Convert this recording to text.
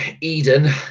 Eden